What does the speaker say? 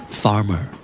farmer